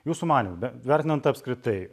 jūsų manymu vertinant apskritai